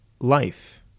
life